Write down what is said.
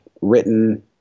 written